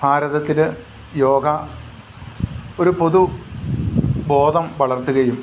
ഭാരതത്തിൽ യോഗ ഒരു പൊതു ബോധം വളർത്തുകയും